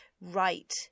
right